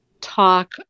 talk